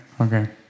okay